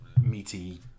meaty